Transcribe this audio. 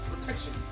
protection